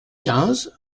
quinze